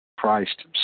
Christ